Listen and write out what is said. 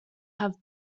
have